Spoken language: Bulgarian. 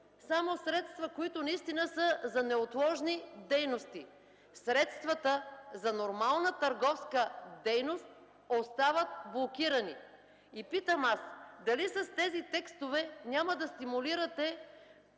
само средства, които наистина са за неотложни дейности. Средствата за нормална търговска дейност остават блокирани. Затова питам: дали с тези текстове няма да стимулирате